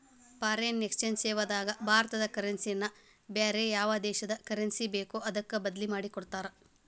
foreign exchange ಸೇವಾದಾಗ ಭಾರತದ currency ನ ಬ್ಯಾರೆ ಯಾವ್ ದೇಶದ್ ಕರೆನ್ಸಿ ಬೇಕೊ ಅದಕ್ಕ ಬದ್ಲಿಮಾದಿಕೊಡ್ತಾರ್